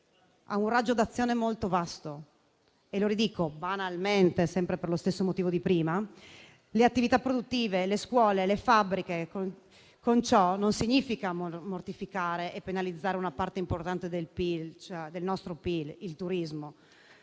ha un raggio d'azione molto vasto (lo ridico, banalmente, sempre per lo stesso motivo di prima): mi riferisco alle attività produttive, alle scuole o alle fabbriche; ciò non significa mortificare e penalizzare una parte importante del nostro PIL, il turismo,